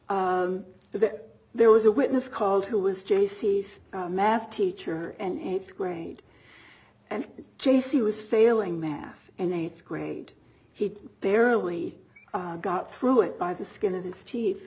that there was a witness called who was jaycee's math teacher and eighth grade and j c was failing math and eighth grade he barely got through it by the skin of his teeth